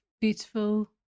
beautiful